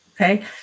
Okay